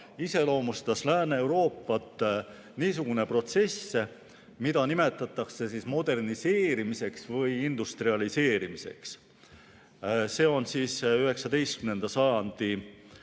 iseloomustas Lääne-Euroopat niisugune protsess, mida nimetatakse moderniseerimiseks või industrialiseerimiseks. 19. sajandi